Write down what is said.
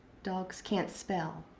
dog's can't spell.